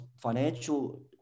financial